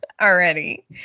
already